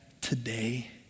today